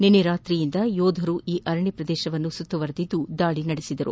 ನಿನ್ನೆ ರಾತ್ರಿಯಿಂದ ಯೋಧರು ಈ ಅರಣ್ಯ ಪ್ರದೇಶವನ್ನು ಸುತ್ತುವರೆದು ದಾಳಿ ನಡೆಸಿದರು